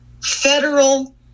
federal